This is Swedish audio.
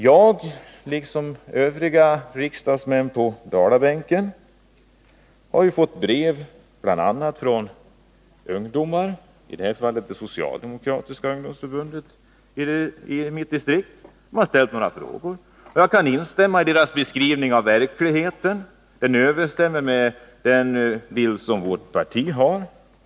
Jag, liksom övriga riksdagsmän på Dalabänken, har fått brev bl.a. från ungdomar och speciellt från det socialdemokratiska ungdomsförbundet i mitt distrikt. De har ställt några frågor. Jag kan instämma i deras beskrivning av verkligheten. Den överensstämmer med den bild som vårt parti har.